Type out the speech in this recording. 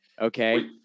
Okay